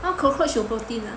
!huh! cockroach 有 protein ah